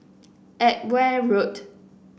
Edgware Road